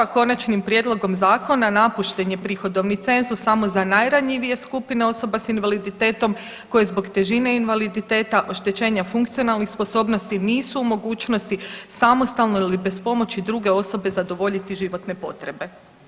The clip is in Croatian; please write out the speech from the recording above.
Konačnim prijedlogom zakona napušten je prihodovni cenzus samo za najranjivije skupine osoba s invaliditetom koji zbog težine invaliditeta oštećenja funkcionalnih sposobnosti nisu u mogućnosti samostalno ili bez pomoći druge osobe zadovoljiti životne potrebe.